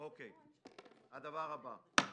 הדבר הבא,